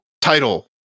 title